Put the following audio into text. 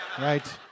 right